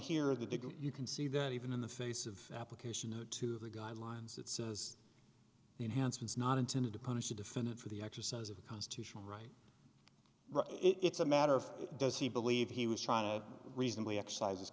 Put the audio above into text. is the degree you can see that even in the face of application to the guidelines it says the enhancements not intended to punish the defendant for the exercise of a constitutional right it's a matter of does he believe he was trying to reasonably exercise